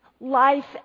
life